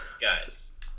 Guys